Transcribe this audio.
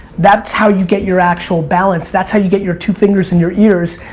that's how you get your actual balance, that's how you get your two fingers in your ears.